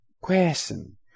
question